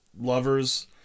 lovers